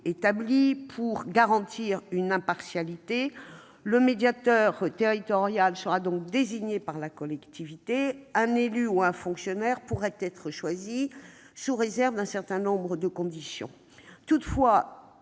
établies pour garantir leur impartialité : le médiateur territorial sera désigné par la collectivité ; un élu ou un fonctionnaire pourra être choisi sous réserve de certaines conditions. Toutefois,